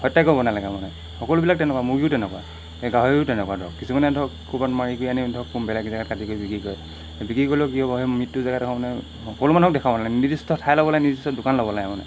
হত্যা কৰিব নালাগে মানে সকলোবিলাক তেনেকুৱা মুৰ্গীও তেনেকুৱা এই গাহৰিও তেনেকুৱা ধৰক কিছুমানে ধৰক ক'ৰবাত মাৰি কৰি আনি ধৰক কোনো বেলেগ জেগা কাটি কৰি বিক্ৰী কৰি বিক্ৰী কৰিলেও কি হ'ব সেই মৃত্যু জেগাডোখৰ মানে সকলো মানুহক দেখুৱাব লাগে নিৰ্দিষ্ট ঠাই ল'ব লাগে নিৰ্দিষ্ট দোকান ল'ব লাগে মানে